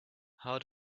how